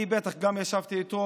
אני בטח גם איתו,